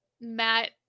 matt